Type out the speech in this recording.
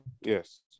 Yes